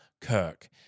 Kirk